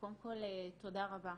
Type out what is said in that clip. קודם כל תודה רבה.